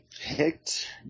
picked